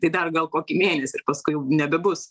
tai dar gal kokį mėnesį ir paskui jau nebebus